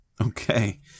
Okay